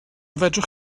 fedrwch